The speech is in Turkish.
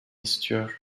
istiyor